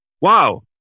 wow